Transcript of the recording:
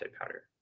powder